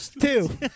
two